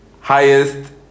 highest